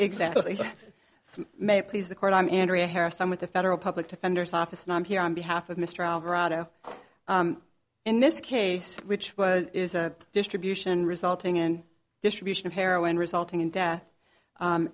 exactly may it please the court i'm andrea harris i'm with the federal public defender's office and i'm here on behalf of mr alvarado in this case which was is a distribution resulting in distribution of heroin resulting in death